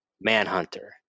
Manhunter